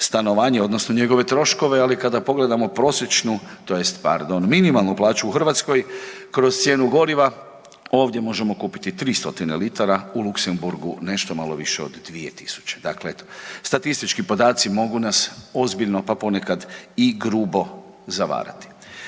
odnosno njegove troškove, ali kada pogledamo prosječnu tj. pardon minimalnu plaću u Hrvatskoj kroz cijenu goriva ovdje možemo kupiti 300 litara u Luksemburgu nešto malo više od 2.000. Dakle, statistički podaci mogu nas ozbiljno pa ponekad i grubo zavarati.